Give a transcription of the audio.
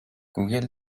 گوگل